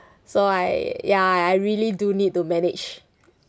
so I ya I really do need to manage